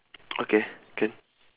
okay can